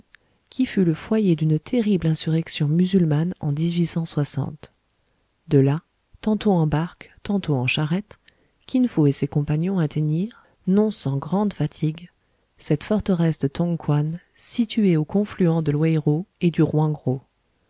qui fut le foyer d'une terrible insurrection musulmane en de là tantôt en barque tantôt en charrette kin fo et ses compagnons atteignirent non sans grandes fatigues cette forteresse de tong kouan située au confluent de louei ro et du